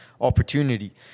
opportunity